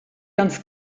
ganz